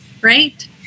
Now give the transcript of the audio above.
right